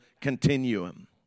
continuum